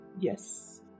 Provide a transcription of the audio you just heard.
Yes